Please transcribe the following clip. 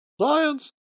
Science